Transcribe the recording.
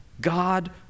God